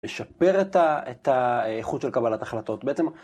לשפר את האיכות של קבלת החלטות בעצם.